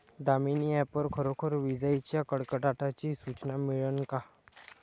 Damini app वर खरोखर विजाइच्या कडकडाटाची सूचना मिळन का?